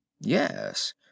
Yes